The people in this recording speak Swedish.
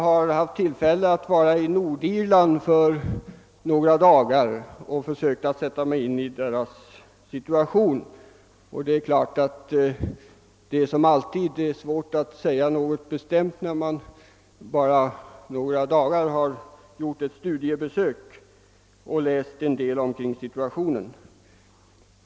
Jag har vistats några dagar i Nordirland och försökt sätta mig in i situationen där. Som alltid är det svårt att säga något bestämt när man bara under några dagar har gjort ett studiebesök och läst en del om situationen.